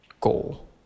goal